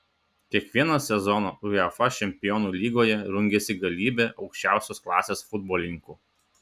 kiekvieną sezoną uefa čempionų lygoje rungiasi galybė aukščiausios klasės futbolininkų